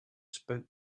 spoke